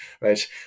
right